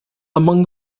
among